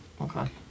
Okay